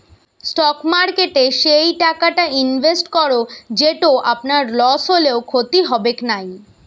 stock মার্কেটে সেই টাকাটা ইনভেস্ট করো যেটো আপনার লস হলেও ক্ষতি হবেক নাই